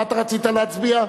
מה רצית להצביע?